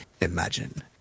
imagine